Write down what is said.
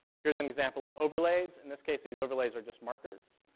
here's an example of overlays. in this case, these overlays are just markers.